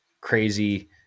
crazy